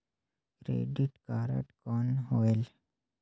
Credit card कौन होएल?